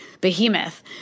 behemoth